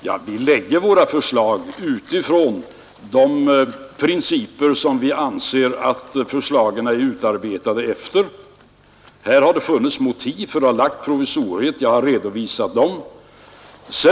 Ja, vi framlägger våra förslag utifrån de principer som vi anser förslagen bör vara utarbetade efter. Här har det funnits motiv för att lägga provisoriet. Jag har redovisat dem.